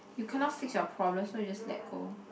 you cannot fix your problems so you just let go